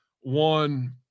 one